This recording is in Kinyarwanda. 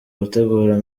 gutegura